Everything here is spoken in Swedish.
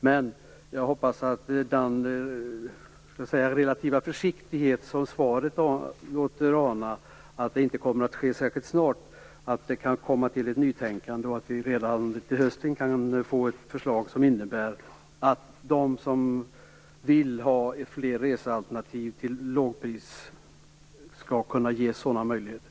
Jag hoppas, trots den relativa försiktighet som svaret låter ana, alltså att detta inte kommer att ske särskilt snart, att det kan komma ett nytänkande, och att vi redan till hösten kan få ett förslag som innebär att de som vill ha fler resealternativ till lågt pris skall kunna ges sådana möjligheter.